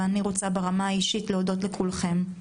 ואני רוצה להודות לכולכם ברמה האישית.